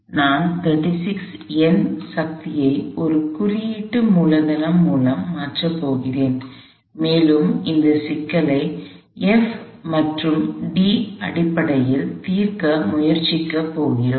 நான் 36 N சக்தியை ஒரு குறியீட்டு மூலதனம் மூலம் மாற்றப் போகிறேன் மேலும் இந்த சிக்கலை F மற்றும் d அடிப்படையில் தீர்க்க முயற்சிக்கப் போகிறோம்